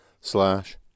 slash